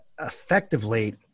effectively